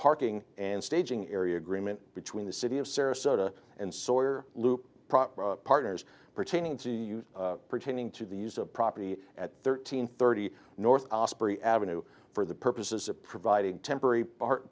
parking and staging area agreement between the city of sarasota and sawyer loop partners pertaining to pertaining to the use of property at thirteen thirty north avenue for the purposes of providing temporary